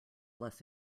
less